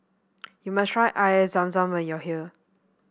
you must try Air Zam Zam when you are here